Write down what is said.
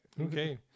okay